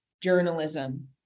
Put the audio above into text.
journalism